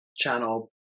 channel